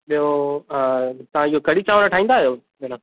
ॿियो तव्हां इहो कढ़ी चांवर ठाहींदा आहियो भेंण